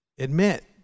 Admit